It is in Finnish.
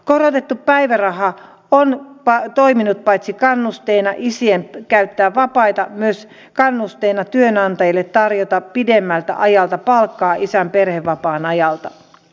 korotettu päiväraha on toiminut paitsi kannusteena isien käyttää vapaita myös kannusteena työnantajille tarjota pidemmältä ajalta palkkaa isän perhevapaan ajalta